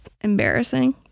embarrassing